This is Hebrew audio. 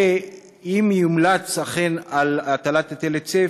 2. אם אכן יומלץ על הטלת היטל היצף,